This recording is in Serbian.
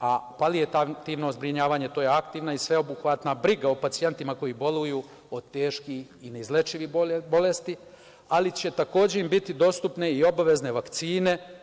a paliativno zbrinjavanje to je aktivna i sveobuhvatna briga o pacijentima koji boluju od teških i neizlečivih bolesti, ali će takođe im biti dostupne i obavezne vakcine.